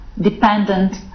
dependent